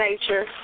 nature